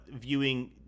viewing